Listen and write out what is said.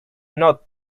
not